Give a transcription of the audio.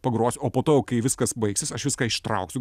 pagrosiu o po to jau kai viskas baigsis aš viską ištrauksiu